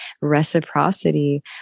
reciprocity